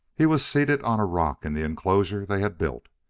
he was seated on a rock in the enclosure they had built.